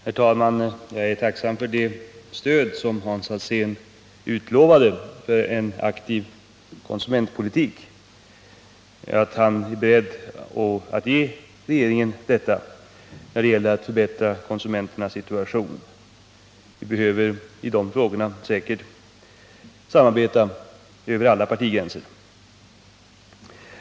Herr talman! Jag är tacksam för det stöd Hans Alsén utlovade för en aktiv konsumentpolitik. Han är beredd att ge regeringen detta stöd när det gäller att förbättra konsumenternas situation. Vi behöver i de frågorna säkert samarbeta över alla partigränser.